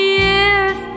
years